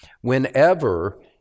whenever